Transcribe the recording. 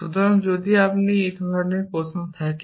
সুতরাং যদি আপনি এই ধরনের একটি প্রশ্ন আছে